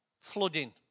flooding